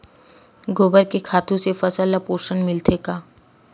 गोबर के खातु से फसल ल पोषण मिलथे का?